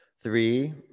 Three